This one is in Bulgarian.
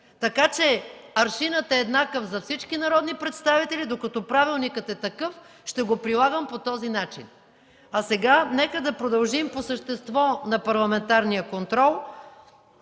Аршинът е еднакъв за всички народни представители. Докато правилникът е такъв, ще го прилагам по този начин. Сега нека да продължим с парламентарния контрол.